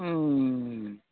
हूँ